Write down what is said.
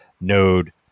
node